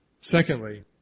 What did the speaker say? Secondly